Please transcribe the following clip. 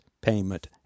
payment